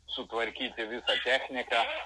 sutvarkyti visą techniką